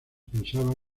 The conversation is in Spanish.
pensaba